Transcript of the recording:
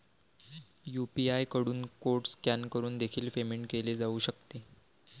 UPI कडून code scan करून देखील पेमेंट केले जाऊ शकते